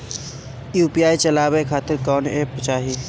UPI चलवाए के खातिर कौन एप चाहीं?